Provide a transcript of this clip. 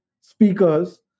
speakers